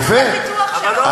זו תעודת הביטוח שלו.